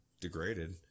degraded